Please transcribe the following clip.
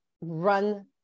run